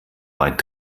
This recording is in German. weit